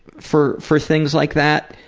for for things like that,